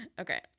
Okay